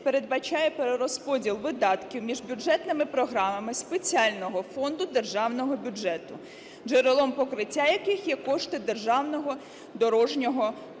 передбачає перерозподіл видатків між бюджетними програмами спеціального фонду Державного бюджету, джерелом покриття яких є кошти Державного дорожнього фонду.